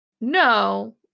no